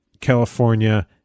California